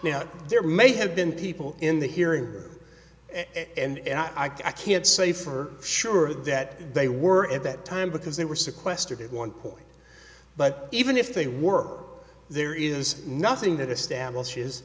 now there may have been people in the hearing and i can't say for sure that they were at that time because they were sequestered at one point but even if they work there is nothing